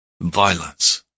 violence